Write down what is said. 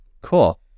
cool